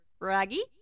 Raggy